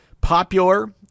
popular